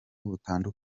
butandukanye